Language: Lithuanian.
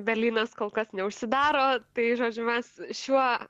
berlynas kol kas neužsidaro tai žodžiu mes šiuo